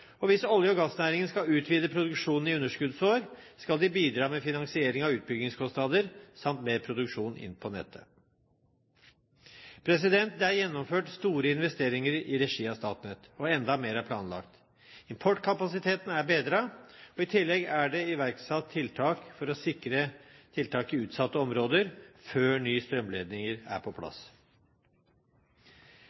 Og hvis olje- og gassnæringen skal utvide produksjonen i underskuddsår, skal de bidra med finansiering av utbyggingskostnader samt mer produksjon inn på nettet. Det er gjennomført store investeringer i regi av Statnett, og enda mer er planlagt. Importkapasiteten er bedret. I tillegg er det iverksatt tiltak for å bedre situasjonen i utsatte områder før nye strømledninger er på